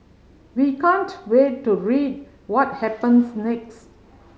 we can't wait to read what happens next